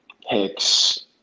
Hicks